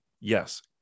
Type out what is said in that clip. yes